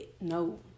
No